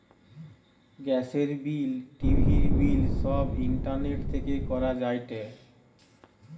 গ্যাসের বিল, টিভির বিল সব ইন্টারনেট থেকে করা যায়টে